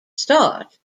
start